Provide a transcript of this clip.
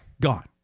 Gone